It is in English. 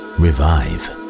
revive